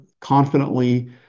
confidently